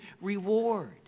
reward